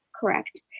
correct